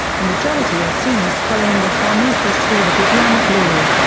the majority are sunnis following the hanafi school of islamic law.